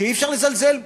שאי-אפשר לזלזל בו.